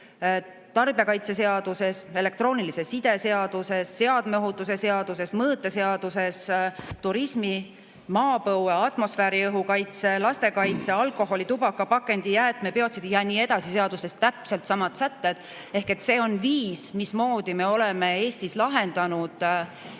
tarbijakaitseseaduses, elektroonilise side seaduses, seadme ohutuse seaduses, mõõteseaduses, turismi‑, maapõue‑, atmosfääriõhu kaitse, lastekaitse‑, alkoholi‑, tubaka‑, pakendi‑, jäätme‑, biotsiidi‑ jne seaduses täpselt samad sätted. Ehk see on viis, mismoodi me oleme Eestis lahendanud